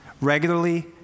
regularly